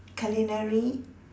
culinary